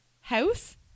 house